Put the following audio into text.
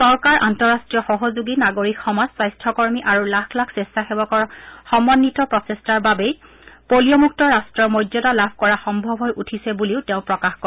চৰকাৰ আন্তঃৰাষ্ট্ৰীয় সহযোগী নাগৰিক সমাজ স্বাস্থ্যকৰ্মী আৰু লাখ লাখ স্বেচ্ছাসেৱকৰ সমগ্ৰিত প্ৰচেষ্টাৰ বাবেই পলিঅমুক্ত ৰাট্টৰ মৰ্যাদা লাভ কৰা সম্ভৱ হৈ উঠিছে বুলিও তেওঁ প্ৰকাশ কৰে